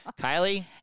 Kylie